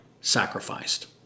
sacrificed